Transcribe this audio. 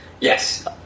Yes